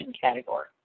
category